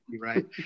right